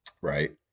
right